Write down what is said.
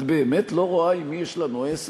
את באמת לא רואה עם מי יש לנו עסק?